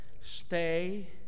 Stay